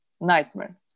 nightmare